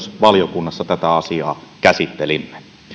valiokunnassa tätä asiaa käsittelimme